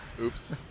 Oops